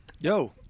Yo